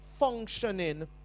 Functioning